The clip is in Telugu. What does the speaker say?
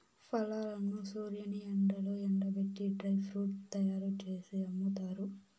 ఫలాలను సూర్యుని ఎండలో ఎండబెట్టి డ్రై ఫ్రూట్స్ తయ్యారు జేసి అమ్ముతారు